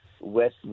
West